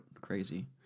crazy